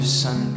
sun